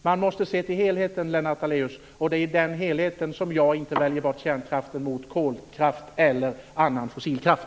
Man måste se till helheten, Lennart Daléus, och det är i den helheten som jag inte väljer bort kärnkraften och ersätter den med kolkraft eller annan fossilkraft.